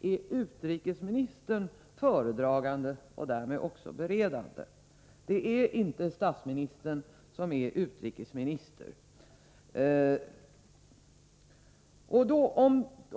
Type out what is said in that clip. är utrikesministern föredragande och därmed också beredande. Det är inte statsministern som är utrikesminister.